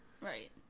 Right